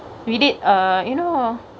read it or you know